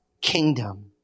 kingdom